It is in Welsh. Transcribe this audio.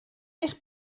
eich